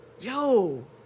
yo